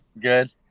Good